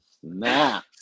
snap